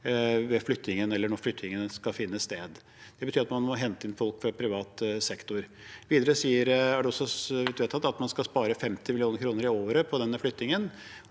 ved flyttingen eller når flyttingen skal finne sted. Det betyr at man må hente inn folk fra privat sektor. Videre er det også vedtatt at man skal spare 50 mill. kr i året på denne flyttingen,